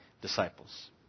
disciples